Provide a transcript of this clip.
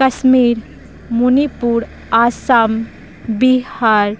Kashmir Manipur Assam Bihar